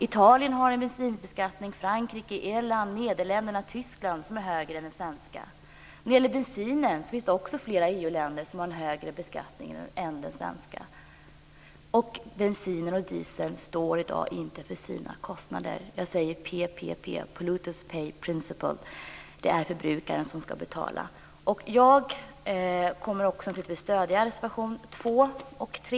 Italien, Frankrike, Irland, Nederländerna och Tyskland har en bensinbeskattning som är högre än den svenska. Bensin och diesel står i dag inte för sina kostnader. Jag säger bara: PPP, polluters pay principle, det är förbrukaren som ska betala. Jag kommer naturligtvis att stödja reservationerna nr 2 och 3.